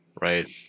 right